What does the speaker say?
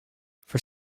for